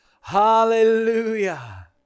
Hallelujah